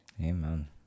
Amen